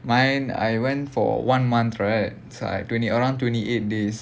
mine I went for one month right it's like twenty around twenty eight days